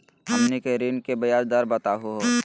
हमनी के ऋण के ब्याज दर बताहु हो?